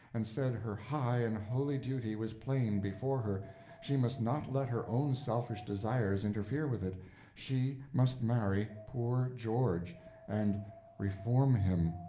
and said her high and holy duty was plain before her she must not let her own selfish desires interfere with it she must marry poor george and reform him.